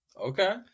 Okay